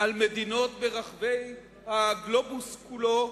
על מדינות ברחבי הגלובוס כולו,